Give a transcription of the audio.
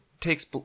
takes